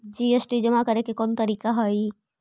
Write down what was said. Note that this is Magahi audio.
जी.एस.टी जमा करे के कौन तरीका हई